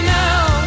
now